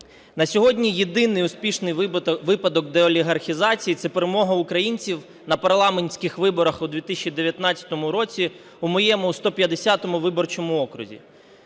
На сьогодні єдиний успішний випадок деолігархізації – це перемога українців на парламентських виборах у 2019 році у моєму 150 виборчому окрузі.